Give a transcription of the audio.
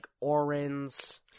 Orin's